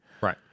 Right